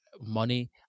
money